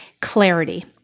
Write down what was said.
clarity